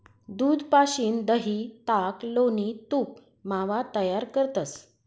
दूध पाशीन दही, ताक, लोणी, तूप, मावा तयार करतंस